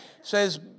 says